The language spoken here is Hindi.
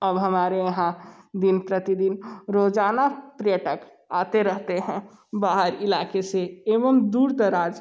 अब हमारे यहाँ दिन प्रतिदिन रोजाना पर्यटक आते रहते हैं बाहर इलाके से एवं दूर दराज